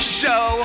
show